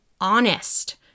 honest